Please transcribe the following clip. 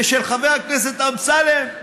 ושל חבר הכנסת אמסלם,